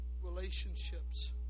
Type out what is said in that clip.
relationships